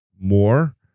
more